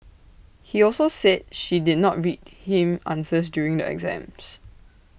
he also said she did not read him answers during the exams